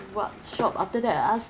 or something Shopee